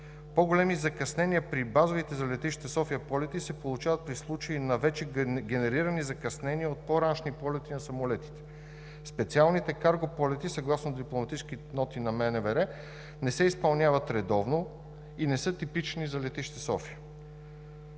По-големи закъснения при базовите за летище София полети се получават при случаи на вече генерирани закъснения от по-раншни полети на самолетите. Специалните карго полети съгласно дипломатическите ноти на Министерството на външните работи не се изпълняват редовно и не са типични за летище София.